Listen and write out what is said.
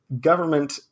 government